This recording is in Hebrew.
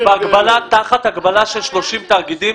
תחת הגבלה של 30 תאגידים,